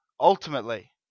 ultimately